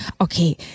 Okay